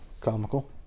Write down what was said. comical